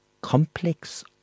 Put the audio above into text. Complex